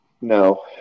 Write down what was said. No